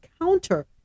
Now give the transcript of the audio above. counter